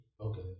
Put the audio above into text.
Okay